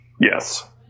Yes